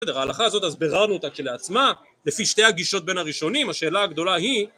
בסדר, ההלכה הזאת הסבירנו אותה כלעצמה, לפי שתי הגישות בין הראשונים השאלה הגדולה היא